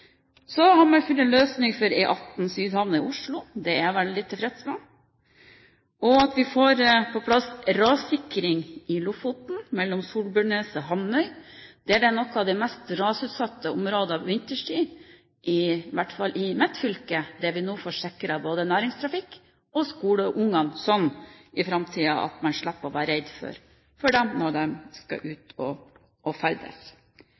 Så har vi funnet en løsning for E18 Sydhavna i Oslo. Det er jeg veldig tilfreds med. Vi får på plass rassikring i Lofoten mellom Solbjørnneset og Hamnøy. Det er noe av det mest rasutsatte området vinterstid, i hvert fall i mitt fylke, der vi nå får sikret både næringstrafikken og skoleungene sånn at man i framtiden slipper å være redd for dem når de skal ut og ferdes.